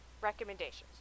recommendations